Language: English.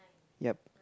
yup